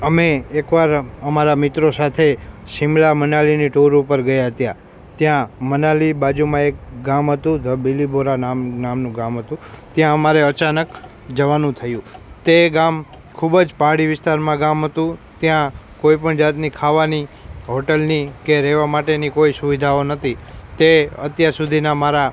અમે એક વાર અમારા મિત્રો સાથે શિમલા મનાલીની ટુર ઉપર ગયાં હતાં ત્યાં મનાલી બાજુમાં એક ગામ હતું ધ બીલીબોરા નામનું ગામ હતું ત્યાં અમારે અચાનક જવાનું થયું તે ગામ ખૂબ જ પહાડી વિસ્તારમાં ગામ હતું ત્યાં કોઈપણ જાતની ખાવાની હોટૅલની કે રહેવા માટેની કોઈ સુવિધાઓ ન હતી તે અત્યાર સુધીનાં મારા